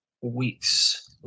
weeks